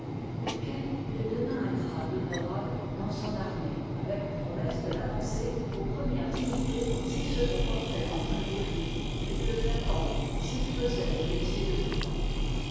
auquel il donna un grade honorable dans son armée avec promesse de l'avancer aux premières dignités s'il se comportait en vrai guerrier et de le faire pendre s'il fesait le métier de brigand